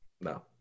No